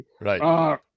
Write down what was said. Right